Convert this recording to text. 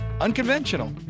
Unconventional